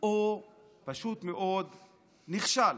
או פשוט מאוד נכשל.